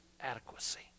adequacy